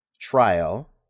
trial